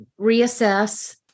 reassess